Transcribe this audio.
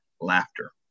laughter